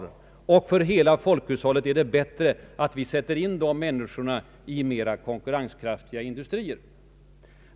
Man gjorde gällande att det för hela folkhushållet vore bättre att dessa människor sattes in i mera konkurrenskraftiga höglöneindustrier.